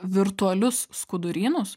virtualius skudurynus